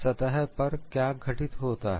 सतह पर क्या घटित होता है